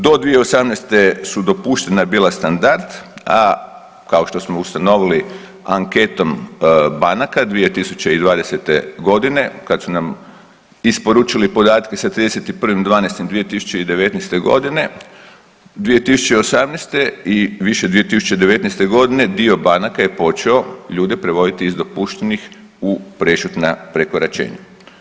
Do 2018. su dopuštena bila standard, a kao što smo ustanovili anketom banaka, 2020. g. kad su nam isporučili podatke sa 31.12.2019. g., 2018. i više 2019. g., dio banaka je počeo ljude privoditi iz dopuštenih u prešutna prekoračenja.